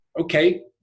Okay